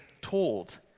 told